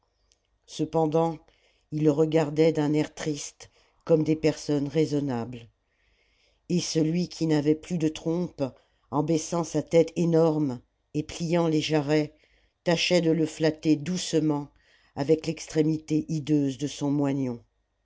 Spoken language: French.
cependant ils le regardaient d'un air triste comme des personnes raisonnables et celui qui n'avait plus de trompe en baissant sa tête énorme et pliant les jarrets tâchait de le flatter doucement avec l'extrémité hideuse de son moignon